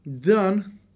done